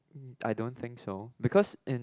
mm I don't think so because in